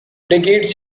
decades